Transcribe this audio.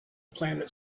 planet